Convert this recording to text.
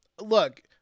look